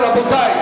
רבותי.